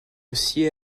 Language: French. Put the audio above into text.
aussi